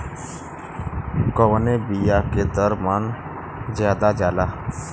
कवने बिया के दर मन ज्यादा जाला?